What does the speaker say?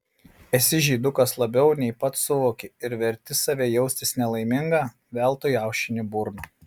esi žydukas labiau nei pats suvoki ir verti save jaustis nelaimingą veltui aušini burną